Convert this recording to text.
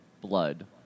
blood